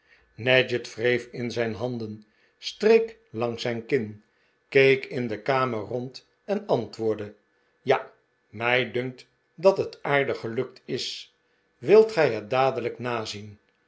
nadgett wreef in zijn handen streek langs zijn kin keek in de kamer rond en antwoordde ja mij dunkt dat het aardig gelukt is wilt gij het dadelijk nazien